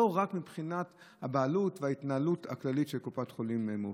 לא רק מבחינת הבעלות וההתנהלות הכללית של קופת חולים מאוחדת.